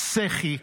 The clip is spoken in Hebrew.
סחי,